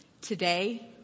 Today